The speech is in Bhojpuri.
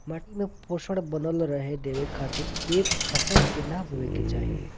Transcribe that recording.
माटी में पोषण बनल रहे देवे खातिर ए फसल के नाइ बोए के चाही